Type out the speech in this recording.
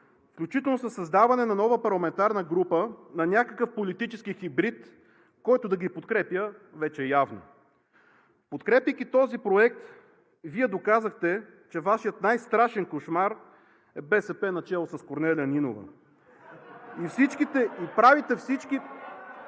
включително със създаване на нова парламентарна група на някакъв политически хибрид, който да ги подкрепя вече явно. Подкрепяйки този проект, Вие доказахте, че Вашият най-страшен кошмар е БСП, начело с Корнелия Нинова... (Оживление